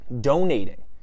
donating